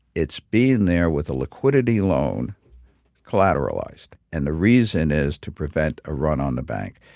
it's being there with a liquidity loan collateralized. and the reason is to prevent a run on the bank.